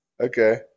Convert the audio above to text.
Okay